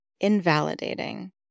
invalidating